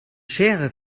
schere